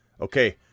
Okay